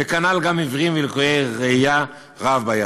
וכנ"ל גם עיוורים ולקויי ראייה רב-בעייתיים.